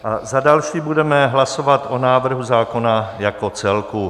A za další budeme hlasovat o návrhu zákona jako celku.